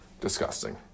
disgusting